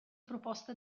proposta